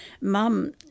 Mum